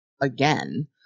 again